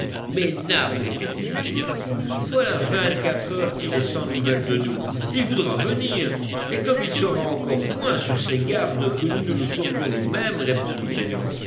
nab répétait l'ingénieur voilà vingt-quatre heures qu'il est sans nouvelles de nous il voudra venir et comme il sera encore moins sur ses gardes que nous ne le serions nous-mêmes répondit